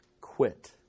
quit